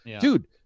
Dude